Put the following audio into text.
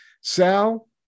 Sal